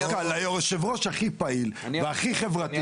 דווקא את היושב-ראש הכי פעיל והכי חברתי